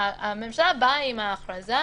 הממשלה באה עם ההכרזה,